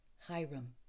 Hiram